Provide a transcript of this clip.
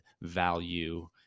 value